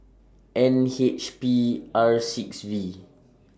N H P R six V